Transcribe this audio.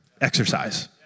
Exercise